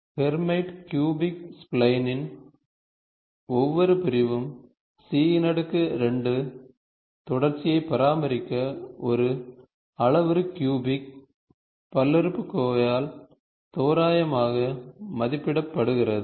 Hermite cubic ஸ்ப்லைனின் ஒவ்வொரு பிரிவும் C2 தொடர்ச்சியைப் பராமரிக்க ஒரு அளவுரு கியூபிக் பல்லுறுப்புக்கோவால் தோராயமாக மதிப்பிடப்படுகிறது